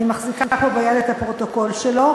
אני מחזיקה פה ביד את הפרוטוקול שלו.